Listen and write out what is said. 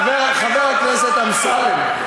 חבר הכנסת אמסלם,